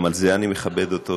גם על זה אני מכבד אותו.